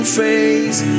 face